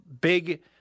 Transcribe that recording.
big